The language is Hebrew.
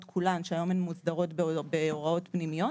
כולן שהיום הן מוסדרות בהוראות פנימיות